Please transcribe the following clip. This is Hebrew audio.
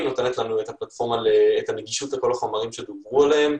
ונותנת לנו את הפלטפורמה והנגישות לכל החומרים שדוברו עליהם.